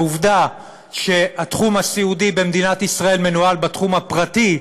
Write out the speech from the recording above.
העובדה שהתחום הסיעודי במדינת ישראל מנוהל בתחום הפרטי,